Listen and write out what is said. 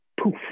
poof